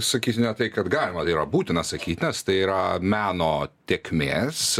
sakyti ne tai kad galima tai yra būtina sakyti nes tai yra meno tėkmės